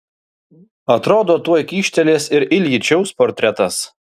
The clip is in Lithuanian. atrodo tuoj kyštelės ir iljičiaus portretas